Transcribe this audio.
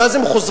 ואז הם חוזרים,